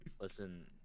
Listen